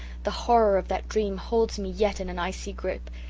the horror of that dream holds me yet in an icy grip.